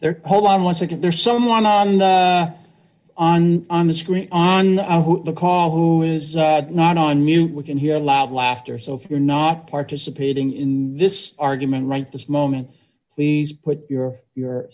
they're all on once again there's someone on the on on the screen on the call who is not on mute we can hear loud laughter so if you're not participating in this argument right this moment please put your your